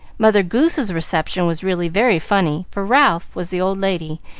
mother goose's reception was really very funny, for ralph was the old lady,